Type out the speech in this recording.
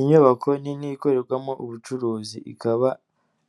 Inyubako nini ikorerwamo ubucuruzi. Ikaba